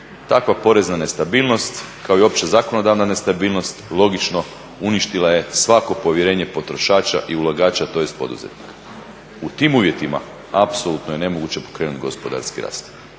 Takva porezna nestabilnost, kao i opća zakonodavna nestabilnost logično uništila je svako povjerenje potrošača i ulagača tj. poduzetnika. U tim uvjetima apsolutno je nemoguće pokrenuti gospodarski rast.